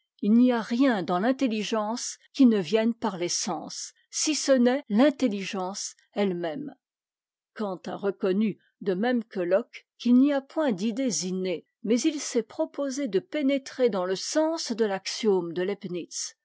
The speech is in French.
ii n'y a rien dans l'intelligence qui ne vienne par les sens si ce n'est l'intelligence ehe même kant a reconnu de même que locke qu'il n'y a point d'idées innées mais il s'est proposé de pénétrer dans le sens de l'axiome de